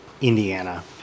Indiana